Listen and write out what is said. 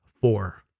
Four